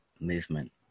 movement